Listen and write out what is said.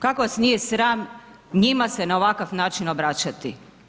Kako vas nije sram njima se na ovakav način obraćati?